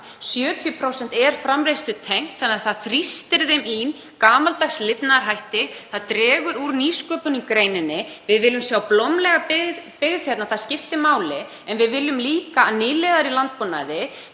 70% er framleiðslutengt þannig að það þrýstir þeim í gamaldags lifnaðarhætti og dregur úr nýsköpun í greininni. Við viljum sjá blómlega byggð hérna. Það skiptir máli. En við viljum líka að nýliðar í landbúnaði